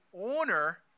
owner